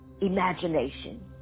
imagination